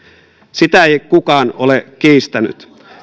sitä ei kukaan ole kiistänyt